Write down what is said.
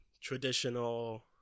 traditional